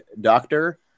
doctor